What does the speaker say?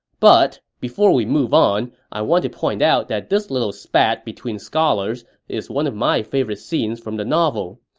but before we move on, i want to point out that this little spat between scholars is one of my favorite scenes from the novel.